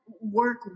work